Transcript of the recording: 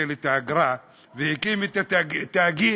ביטל את האגרה והקים את התאגיד,